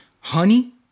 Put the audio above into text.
honey